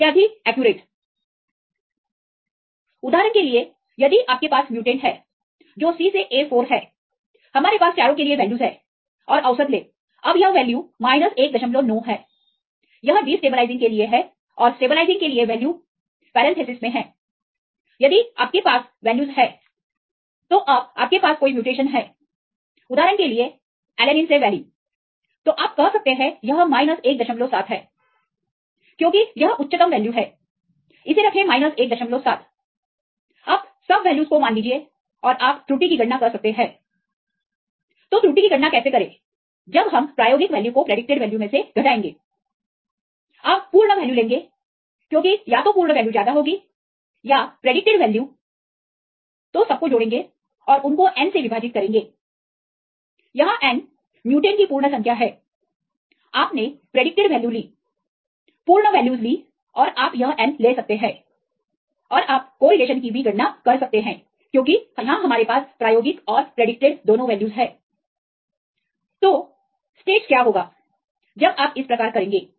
विद्यार्थी एक्यूरेट उदाहरण के लिए यदि आपके पास म्युटेंटस है जो C से A 4 हैहमारे पास चारों के लिए वैल्यूज है और औसत ले अब यह वैल्यू 19 है यह डिस्टेबलाइजिंग के लिए है और स्टेबलाइजिंग के लिए वैल्यू पैरंनथेसिस मे है यदि आपके पास वैल्यूज है तो अब आपके पास कोई म्यूटेशन है उदाहरण के लिए एलेनिन से वैलीन तो आप कह सकते हैं यह 17 है क्योंकि यह उच्चतम वैल्यू है इसे रखें 17 अब सब वैल्यूज को मान लीजिए और आप त्रुटि की गणना कर सकते हैं तो त्रुटि की गणना कैसे करें जब हम प्रायोगिक वैल्यू को प्रिडिक्टेड वैल्यू में से घटIएंगे अब पूर्ण वैल्यू लेंगे क्योंकि या तो पूर्ण वैल्यू ज्यादा होगी या प्रिडिक्टेड वैल्यू तो सब को जोड़ेंगे और उनको N से विभाजित करेंगे यहां N म्यूटेंट की पूर्ण संख्या है आपने प्रिडिक्टेड वैल्यूज ली पूर्ण वैल्यूज लीऔर आप यह N ले सकते हैं और आप कोरिलेशन की भी गणना कर सकते हैं क्योंकि यहां हमारे पास प्रायोगिक और प्रिडिक्टेड दोनो वैल्यूज है तो स्टेटस क्या होगा जब आप इस प्रकार करेंगे